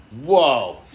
Whoa